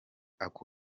ako